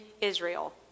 Israel